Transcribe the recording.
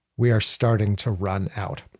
we are starting to run out